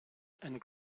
and